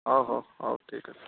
ହଁ ହଉ ହଉ ଠିକ ଅଛି